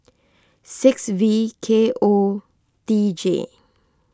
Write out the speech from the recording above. six V K O T J